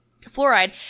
fluoride